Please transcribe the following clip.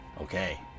okay